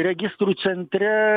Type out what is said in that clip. registrų centre